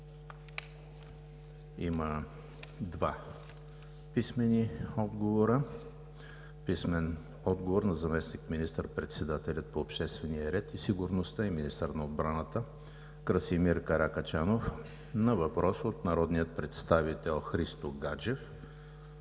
Има два писмени отговора от: - заместник министър-председателя по обществения ред и сигурността и министър на отбраната Красимир Каракачанов на въпрос от народния представител Христо Гаджев